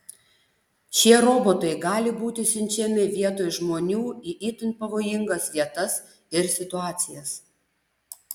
šie robotai gali būti siunčiami vietoj žmonių į itin pavojingas vietas ir situacijas